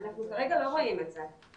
אנחנו כרגע לא רואים את זה,